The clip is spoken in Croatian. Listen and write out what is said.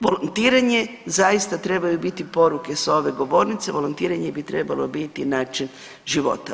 Volontiranje zaista trebaju biti poruke s ove govornice, volontiranje bi trebalo biti način života.